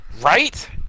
Right